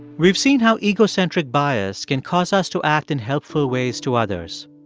we've seen how egocentric bias can cause us to act in helpful ways to others.